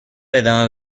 ادامه